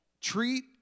Treat